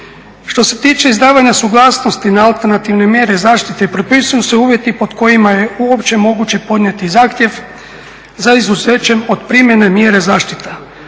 Što se tiče izdavanja suglasnosti na alternativne mjere zaštite propisuju se uvjeti pod kojima je uopće moguće podnijeti zahtjev za izuzećem od primjene mjere zaštita.